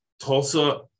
Tulsa